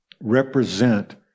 represent